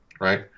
right